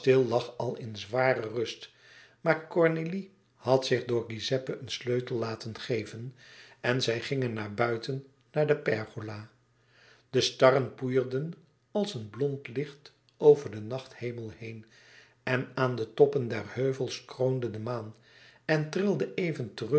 al in zware rust maar cornélie had zich door giuseppe een sleutel laten geven en zij gingen naar buiten naar de pergola de starren poeierden als een blond licht over den nachthemel heen en aan de toppen der heuvels kroonde de maan en trilde even